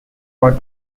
for